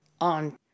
on